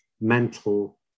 mental